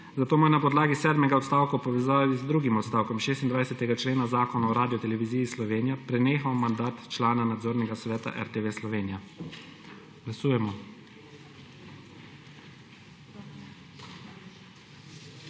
zato mu je na podlagi sedmega odstavka v povezavi z drugim odstavkom 26. člena Zakona o Radioteleviziji Slovenija prenehal mandat člana Nadzornega sveta RTV Slovenija. Glasujemo.